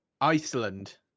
Iceland